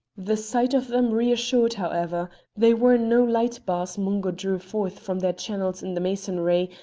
the sight of them reassured, however they were no light bars mungo drew forth from their channels in the masonry,